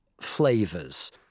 flavors